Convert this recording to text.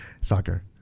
soccer